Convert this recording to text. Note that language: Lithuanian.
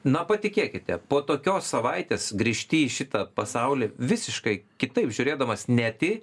na patikėkite po tokios savaitės grįžti į šitą pasaulį visiškai kitaip žiūrėdamas net į